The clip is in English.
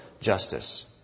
justice